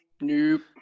Nope